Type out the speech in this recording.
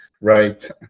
Right